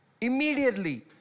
Immediately